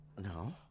No